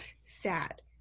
sad